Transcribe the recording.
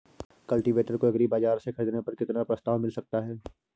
Cultivator को agri बाजार से ख़रीदने पर कितना प्रस्ताव मिल सकता है?